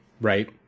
Right